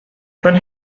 when